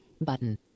button